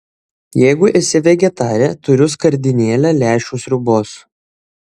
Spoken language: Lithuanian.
jeigu esi vegetarė turiu skardinėlę lęšių sriubos